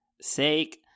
sake